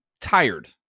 tired